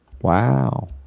Wow